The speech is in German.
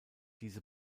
diese